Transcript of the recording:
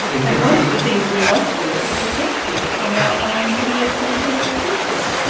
and and one of the things we must do is protect people from our own idiosyncratic positions.